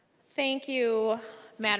thank you mme. and